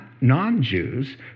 non-Jews